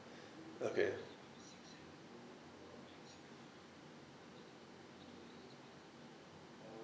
okay